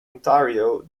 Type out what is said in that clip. ontario